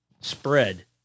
spread